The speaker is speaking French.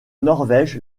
norvège